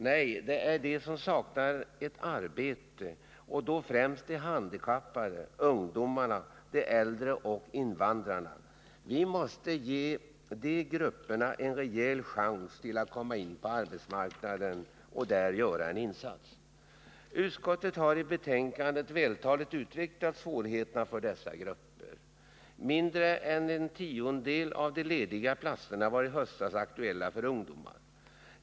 Nej, det är de som saknar ett arbete, och då främst de handikappade, ungdomarna, de äldre och invandrarna. Vi måste ge de grupperna en rejäl chans till att komma in på arbetsmarknaden och där göra en insats. Utskottet har i betänkandet vältaligt utvecklat svårigheterna för dessa grupper. Mindre än en tiondel av de lediga platserna var i höstas aktuella för ungdomar.